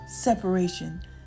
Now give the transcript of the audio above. separation